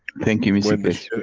thank you mr